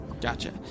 Gotcha